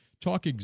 talk